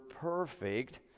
perfect